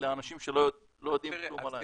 לאנשים שלא יודעים כלום על ה --- תראה,